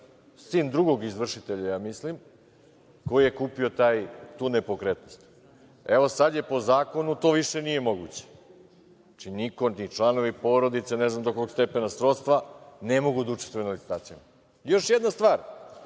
sin drugog izvršitelja mislim, koji je kupio tu nepokretnost. Evo, sada po zakonu to više nije moguće. Znači niko, ni članovi porodice, ne znam do kog stepena srodstva ne mogu da učestvuju na licitacijama. Još jedna stvar,